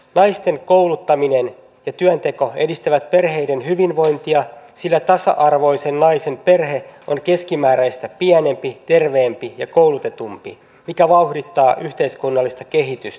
naisten kouluttaminen ja työnteko edistävät perheiden hyvinvointia sillä tasa arvoisen naisen perhe on keskimääräistä pienempi terveempi ja koulutetumpi mikä vauhdittaa yhteiskunnallista kehitystä